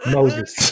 Moses